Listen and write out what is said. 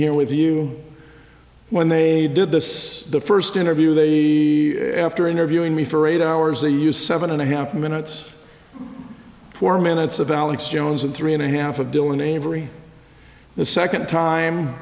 here with you when they did this the first interview the after interviewing me for eight hours they use seven and a half minutes four minutes of alex jones and three and a half of dylan avery the second time